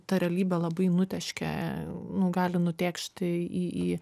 ta realybė labai nutėškė nu gali nutėkšti į į